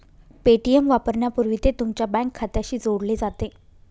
Paytm वापरण्यापूर्वी ते तुमच्या बँक खात्याशी जोडले जाते